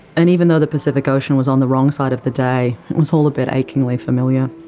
and even though the pacific ocean was on the wrong side of the day, it was all a bit achingly familiar.